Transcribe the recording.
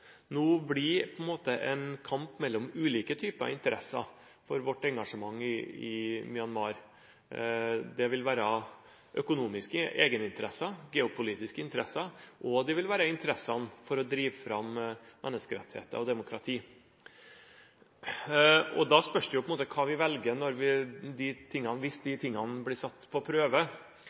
nå bli en kamp mellom ulike typer interesser for vårt engasjement i Myanmar. Det vil være økonomiske egeninteresser, geopolitiske interesser og interessene for å drive fram menneskerettigheter og demokrati. Da spørs det hva vi velger hvis disse blir satt på prøve